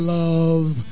love